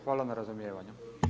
Hvala na razumijevanju.